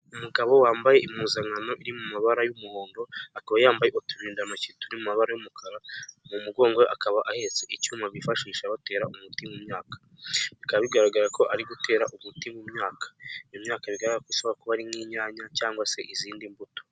Umugabo wambaye impuzankano iri mu mabara y'umuhondo, akaba yambaye uturindantoki turi mu mabara y'umukara, mu mugongo akaba ahetse icyuma bifashisha batera umuti mu myaka, bikaba bigaragara ko ari gutera umuti mu myaka, iyo myaka bigaragara ko ishobora kuba ari nk'inyanya cyangwa se izindi mbuto.